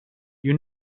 you